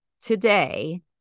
today